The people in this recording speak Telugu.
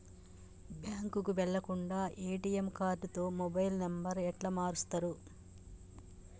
బ్యాంకుకి వెళ్లకుండా ఎ.టి.ఎమ్ కార్డుతో మొబైల్ నంబర్ ఎట్ల మారుస్తరు?